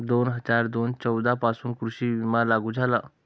दोन हजार तेरा चौदा पासून कृषी विमा लागू झाला